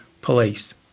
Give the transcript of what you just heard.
police